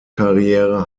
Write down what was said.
karriere